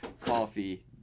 coffee